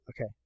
Okay